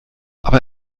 aber